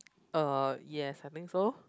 uh yes I think so